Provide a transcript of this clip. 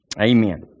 Amen